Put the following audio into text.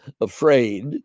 afraid